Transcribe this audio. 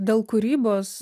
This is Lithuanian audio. dėl kūrybos